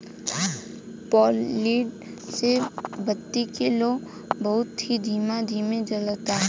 fluid से बत्ती के लौं बहुत ही धीमे धीमे जलता